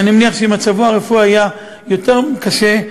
ואני מניח שאם מצבו הרפואי היה יותר קשה,